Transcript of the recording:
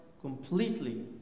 completely